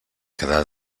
quedar